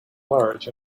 large